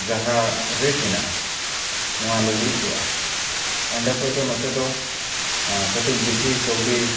ᱡᱟᱦᱟᱸ ᱨᱮᱴ ᱢᱮᱱᱟᱜᱼᱟ ᱱᱚᱣᱟ ᱞᱩᱜᱽᱲᱤᱡ ᱠᱚᱣᱟᱜ ᱚᱸᱰᱮ ᱠᱷᱚᱱ ᱫᱚ ᱱᱚᱛᱮ ᱫᱚ ᱠᱟᱹᱴᱤᱡ ᱵᱤᱥᱤ ᱠᱟᱹᱣᱰᱤ